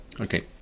okay